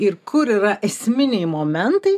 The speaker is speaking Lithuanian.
ir kur yra esminiai momentai